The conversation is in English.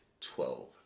twelve